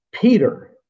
peter